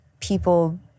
people